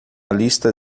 lista